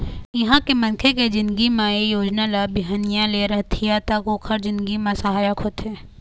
इहाँ के मनखे के जिनगी म ए योजना ल बिहनिया ले रतिहा तक ओखर जिनगी म सहायक होथे